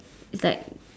it's like